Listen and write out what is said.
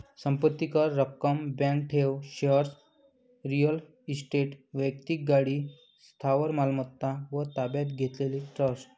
संपत्ती कर, रक्कम, बँक ठेव, शेअर्स, रिअल इस्टेट, वैक्तिक गाडी, स्थावर मालमत्ता व ताब्यात घेतलेले ट्रस्ट